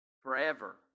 Forever